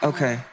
Okay